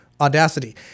Audacity